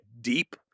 deep